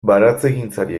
baratzegintzari